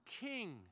king